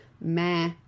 meh